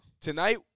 Tonight